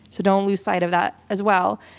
so don't lose sight of that as well.